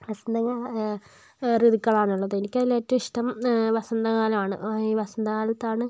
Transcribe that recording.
വസന്ത ഋതുക്കളാണ് ഉള്ളത് എനിക്ക് അതില് ഏറ്റവും ഇഷ്ടം വസന്ത കാലമാണ് ഈ വസന്തകാലത്താണ്